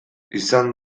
izan